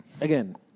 again